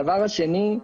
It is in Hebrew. דבר שני,